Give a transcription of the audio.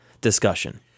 discussion